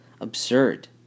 absurd